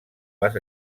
les